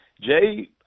Jay